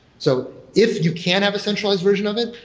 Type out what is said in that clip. so if you can have a centralized version of it,